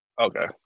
Okay